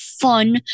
fun